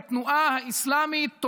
לתנועה האסלאמית,